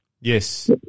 Yes